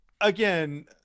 Again